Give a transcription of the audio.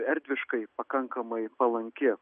erdviškai pakankamai palanki